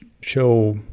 show